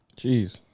Jeez